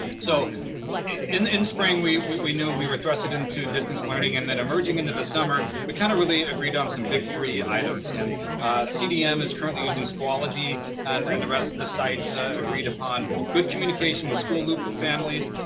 so in in spring, we we knew we were thrusted into distance learning and then emerging into the summer, we kinda really agreed on some big three items. and cdm is currently using schoology and and the rest of the sites agreed upon good communication with school loop with families,